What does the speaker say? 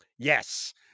Yes